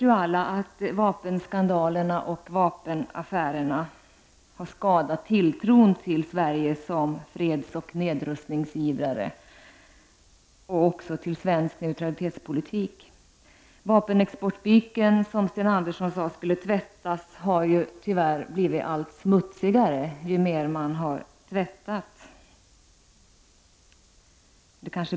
Vi vet alla att vapenskandalerna och vapenaffärerna har skadat tilltron till Sverige som freds och nedrustningsivrare och också skadat tilltron till svensk neutralitetspolitik. Vapenexportbyken, som Sten Andersson sade skulle tvättas, har tyvärr blivit allt smutsigare ju mer den har tvättats.